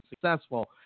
successful